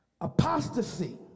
Apostasy